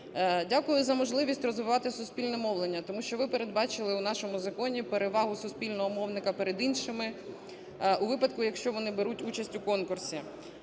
Дякую за можливість розвивати суспільне мовлення, тому що ви передбачили у нашому законі перевагу суспільного мовника перед іншими у випадку, якщо вони беруть участь у конкурсі.